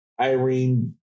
Irene